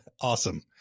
Awesome